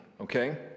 Okay